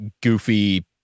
goofy